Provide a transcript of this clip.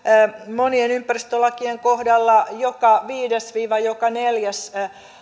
monien ympäristölakien kohdalla joka viides joka neljäs